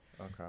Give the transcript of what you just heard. Okay